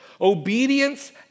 Obedience